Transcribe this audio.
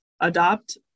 adopt